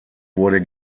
wurde